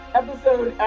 episode